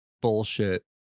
bullshit